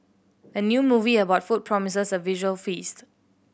the new movie about food promises a visual feast